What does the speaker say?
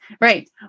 Right